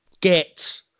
get